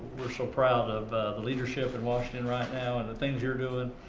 we're so proud of the leadership in washington right now and the things you're doing,